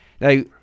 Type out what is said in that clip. Now